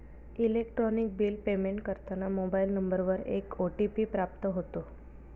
electronic bill payment करताना mobile नंबरवर एक ओ.टी.पी प्राप्त होतो